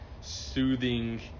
soothing